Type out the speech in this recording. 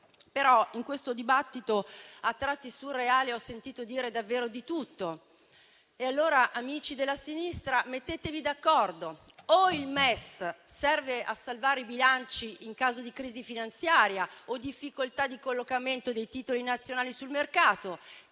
In questo dibattito, a tratti surreale, ho sentito dire davvero di tutto. E allora, amici della sinistra, mettetevi d'accordo: o il MES serve a salvare i bilanci in caso di crisi finanziaria o difficoltà di collocamento dei titoli nazionali sul mercato